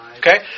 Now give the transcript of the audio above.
Okay